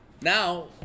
Now